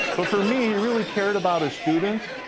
but for me, he really cared about his students,